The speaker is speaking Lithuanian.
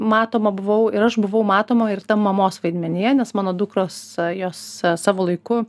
matoma buvau ir aš buvau matoma ir mamos vaidmenyje nes mano dukros jos savo laiku